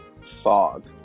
Fog